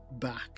back